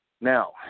Now